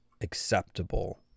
acceptable